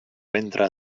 ventre